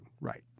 Right